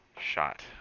shot